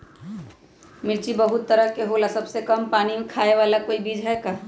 मिर्ची बहुत तरह के होला सबसे कम पानी खाए वाला कोई बीज है का?